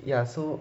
ya so